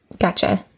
Gotcha